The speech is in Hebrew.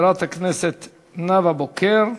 חברת הכנסת נאוה בוקר,